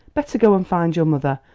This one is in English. better go and find your mother.